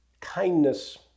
kindness